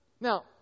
Now